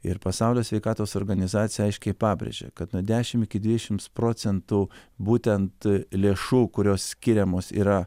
ir pasaulio sveikatos organizacija aiškiai pabrėžė kad nuo dešim iki dvidešims procentų būtent lėšų kurios skiriamos yra